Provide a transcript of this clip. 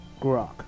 Grok